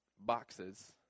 boxes